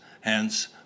hence